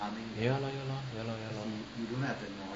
ya lor ya lor ya lor ya lor